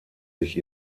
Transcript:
sich